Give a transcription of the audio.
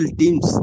teams